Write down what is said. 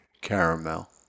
caramel